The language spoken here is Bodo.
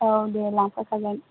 औ दे लांफाखागोन